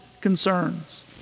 concerns